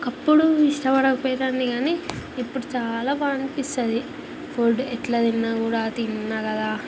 అప్పుడు ఇష్టపడకపోయేదాన్ని కాని ఇప్పుడు చాలా బాగనిపిస్తుంది ఫుడ్ ఎట్ల తిన్నాకూడా తిన్నకదా